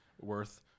worth